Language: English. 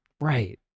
Right